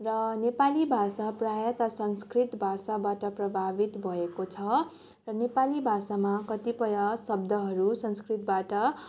र नेपाली भाषा प्राय त संंस्कृत भाषाबाट प्रभावित भएको छ र नेपाली भाषामा कतिपय शब्दहरू संस्कृतबाट